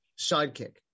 sidekick